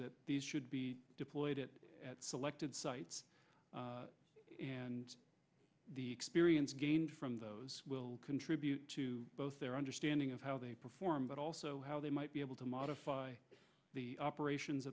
that these should be deployed it at selected sites and the experience gained from those will contribute to both their understanding of how they perform but also how they might be able to modify the operations